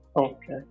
Okay